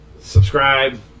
subscribe